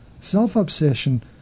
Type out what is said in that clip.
Self-obsession